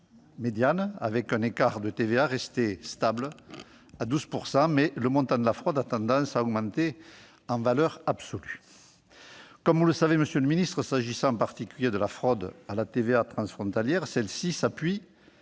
position médiane, avec un écart de TVA resté stable à 12 %, mais le montant de la fraude a tendance à augmenter en valeur absolue. Comme vous le savez, monsieur le ministre, s'agissant en particulier de la fraude à la TVA transfrontalière, celle-ci s'appuie